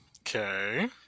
okay